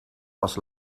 was